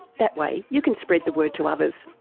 that way you can spread the word to others.